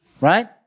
Right